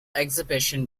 exhibition